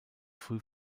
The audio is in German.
früh